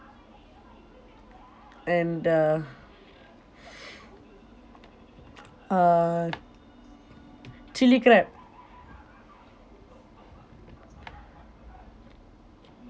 and uh uh chilli crab